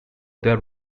there